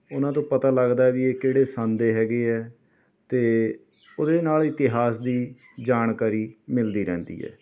ਇਹਨਾਂ ਤੋਂ ਪਤਾ ਲੱਗਦਾ ਹੈ ਵੀ ਇਹ ਕਿਹੜੇ ਸੰਨ ਦੇ ਹੈਗੇ ਹੈ ਅਤੇ ਉਹਦੇ ਨਾਲ ਇਤਿਹਾਸ ਦੀ ਜਾਣਕਾਰੀ ਮਿਲਦੀ ਰਹਿੰਦੀ ਹੈ